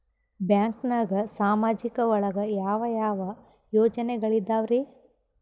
ಬ್ಯಾಂಕ್ನಾಗ ಸಾಮಾಜಿಕ ಒಳಗ ಯಾವ ಯಾವ ಯೋಜನೆಗಳಿದ್ದಾವ್ರಿ?